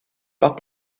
par